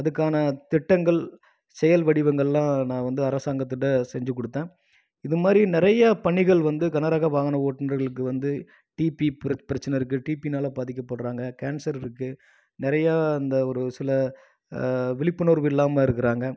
அதுக்கான திட்டங்கள் செயல் வடிவங்கள்லாம் நான் வந்து அரசாங்கத்துக்கிட்டே செஞ்சுக்கொடுத்தேன் இதுமாதிரி நிறைய பணிகள் வந்து கனரக வாகன ஓட்டுநர்களுக்கு வந்து டிபி பிரச்சனை இருக்கு டிபியினால பாதிக்கப்படுறாங்க கேன்சர் இருக்கு நிறையா அந்த ஒரு சில விழிப்புணர்வு இல்லாமல் இருக்கிறாங்க